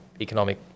economic